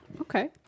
okay